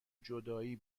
جدایی